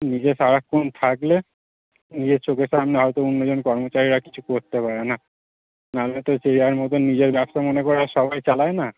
নিজে সারাক্ষণ থাকলে নিজের চোখের সামনে হয়তো অন্যজন কর্মচারীরা আছে কিছু করতে পারে না নাহলে তো যে যার মতো নিজের ব্যবসা মনে করে সবাই চালায় না